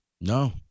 No